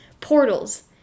portals